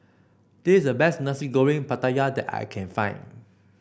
this is the best Nasi Goreng Pattaya that I can find